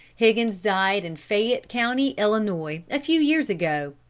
higgins died in fayette county, illinois, a few years ago.